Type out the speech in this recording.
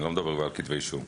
אני לא מדבר על כתבי אישום.